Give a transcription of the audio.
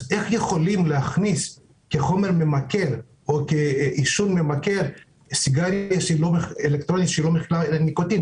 איך יכולים להכניס כחומר ממכר סיגריות אלקטרוניות שאין בהן ניקוטין?